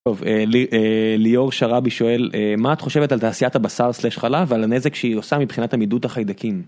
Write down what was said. טוב, ליאור שרבי שואל מה את חושבת על תעשיית הבשר\חלב על הנזק שהיא עושה מבחינת עמידות החיידקים.